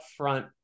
upfront